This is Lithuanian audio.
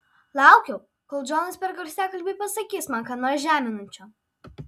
laukiau kol džonas per garsiakalbį pasakys man ką nors žeminančio